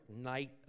night